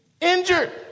injured